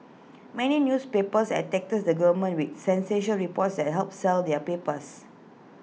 many newspapers attack this the government with sensational reports that help sell their papers